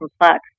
complex